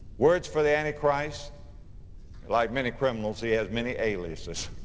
words for the antichrist. like many criminals, he has many aliases,